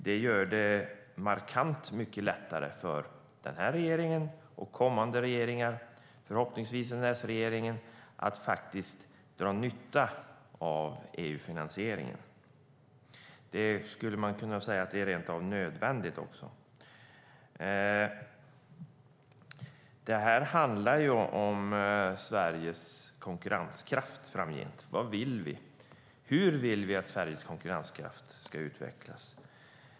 Det gör det markant mycket lättare för den här regeringen och för kommande regeringar - förhoppningsvis en S-regering - att faktiskt dra nytta av EU-finansieringen. Man skulle kunna säga att det är rent av nödvändigt också. Det här handlar om Sveriges konkurrenskraft framgent. Vad vill vi? Hur vill vi att Sveriges konkurrenskraft ska utvecklas?